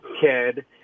kid